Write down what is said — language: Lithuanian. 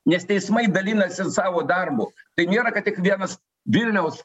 nes teismai dalinasi savo darbu tai nėra kad tik vienas vilniaus